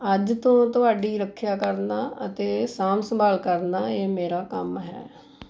ਅੱਜ ਤੋਂ ਤੁਹਾਡੀ ਰੱਖਿਆ ਕਰਨਾ ਅਤੇ ਸਾਂਭ ਸੰਭਾਲ ਕਰਨਾ ਇਹ ਮੇਰਾ ਕੰਮ ਹੈ